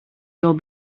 will